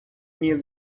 near